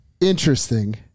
interesting